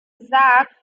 gesagt